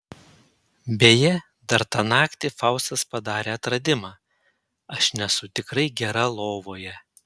beje dar tą naktį faustas padarė atradimą aš nesu tikrai gera lovoje